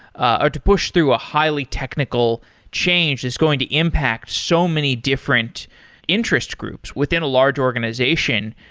ah or to push through a highly technical change is going to impact so many different interest groups within a large organization.